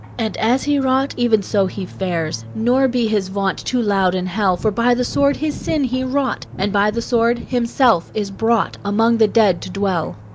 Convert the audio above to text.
and as he wrought, even so he fares. nor be his vaunt too loud in hell for by the sword his sin he wrought, and by the sword himself is brought among the dead to dwell.